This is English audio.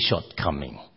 shortcoming